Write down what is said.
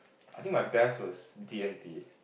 I think my best was D-and-T